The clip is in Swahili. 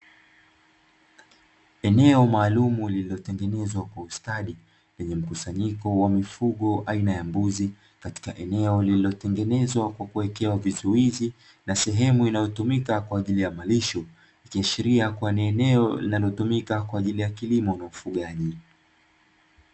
Eneo maalumu liliotengenezwa kwa ustadi, lenye mkusanyiko wa mifugo aina ya mbuzi, katika eneo lililotengenezwa kwa kuekewa vizuizi na sehemu inayotumika kwa ajili ya malisho, ikiashiria kuwa ni eneo linalotumika kwa ajili ya kilimo na ufugaji.